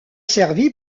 servi